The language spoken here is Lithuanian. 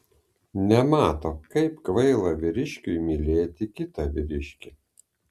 nemato kaip kvaila vyriškiui mylėti kitą vyriškį